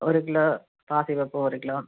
ஒரு கிலோ பாசிப்பருப்பு ஒரு கிலோ